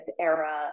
era